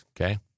Okay